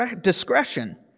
discretion